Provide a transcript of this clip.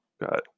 Got